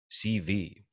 CV